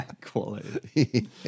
Quality